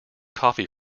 coffee